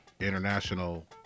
international